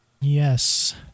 Yes